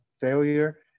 failure